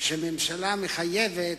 שממשלה מחייבת,